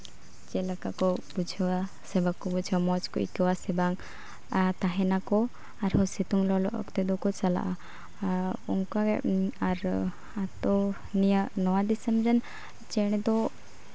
ᱪᱮᱫ ᱞᱮᱠᱟ ᱠᱚ ᱵᱩᱡᱷᱟᱹᱣᱟ ᱥᱮ ᱵᱟᱠᱚ ᱵᱩᱡᱷᱟᱹᱣᱟ ᱢᱚᱡᱽ ᱠᱚ ᱟᱹᱭᱠᱟᱹᱣᱟ ᱥᱮ ᱵᱟᱝ ᱟᱨ ᱛᱟᱦᱮᱸ ᱱᱟᱠᱚ ᱟᱨᱦᱚᱸ ᱥᱤᱛᱩᱝ ᱞᱚᱞᱚ ᱚᱠᱛᱮ ᱫᱚᱠᱚ ᱪᱟᱞᱟᱜᱼᱟ ᱟᱨ ᱚᱱᱠᱟᱜᱮ ᱛᱳ ᱱᱚᱣᱟ ᱫᱤᱥᱚᱢ ᱨᱮᱱ ᱪᱮᱬᱮ ᱫᱚ